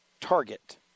Target